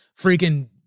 freaking